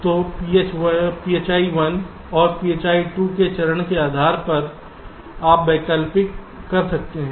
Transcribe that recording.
तो phi 1 और phi 2 के चरणों के आधार पर आप वैकल्पिक कर सकते हैं